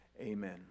Amen